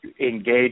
engage